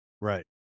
Right